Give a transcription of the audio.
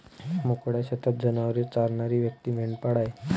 मोकळ्या शेतात जनावरे चरणारी व्यक्ती मेंढपाळ आहे